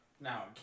now